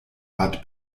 art